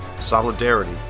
solidarity